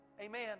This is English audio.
Amen